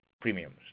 premiums